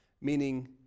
meaning